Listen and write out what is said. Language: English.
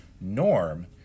norm